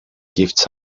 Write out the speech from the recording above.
gifts